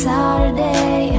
Saturday